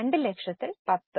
2 ലക്ഷത്തിൽ 10